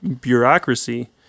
bureaucracy